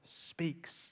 speaks